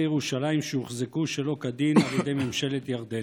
ירושלים שהוחזקו שלא כדין על ידי ממשלת ירדן.